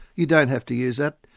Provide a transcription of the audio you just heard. you don't have to use that,